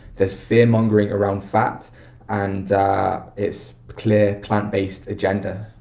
there's fear mongering around fat and it's clear plant-based agenda.